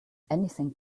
anything